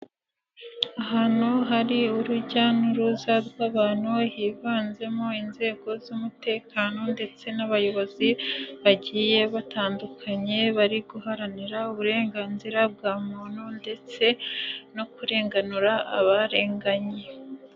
Ahantu hari urujya n'uruza rw'abantu hivanzemo inzego z'umutekano ndetse n'abayobozi bagiye batandukanye bari guharanira uburenganzira bwa muntu ndetse no kurenganura abarenganye.